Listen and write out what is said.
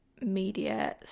media